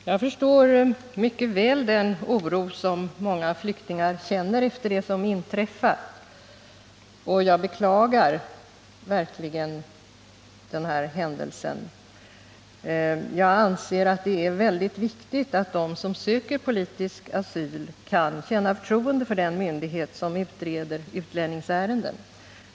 Herr talman! Jag förstår mycket väl den oro som många flyktingar känner efter det som inträffat, och jag beklagar verkligen händelsen. Jag anser att det är mycket viktigt att de som söker politisk asyl kan känna förtroende för den myndighet som utreder utlänningsärenden.